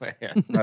man